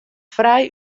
frij